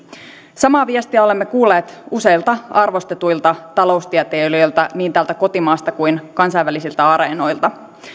samaa viestiä olemme kuulleet useilta arvostetuilta taloustieteilijöiltä niin täältä kotimaasta kuin kansainvälisiltä areenoilta